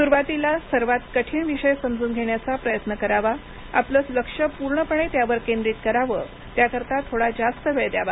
सुरुवातीला सर्वात कठीण विषय समजून घेण्याचा प्रयत्न करावा आपलं लक्ष पूर्णपणे त्यावर केंद्रित करावं त्याकरता थोडा जास्त वेळ द्यावा